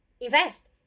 invest